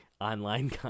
online